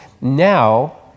now